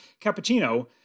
cappuccino